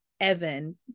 evan